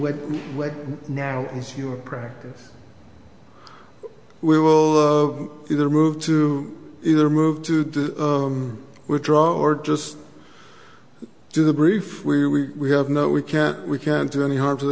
look like now is your practice we will either move to either move to to withdraw or just do the brief we we have no we can't we can't do any harm to